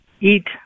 eat